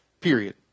Period